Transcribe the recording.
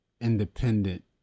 independent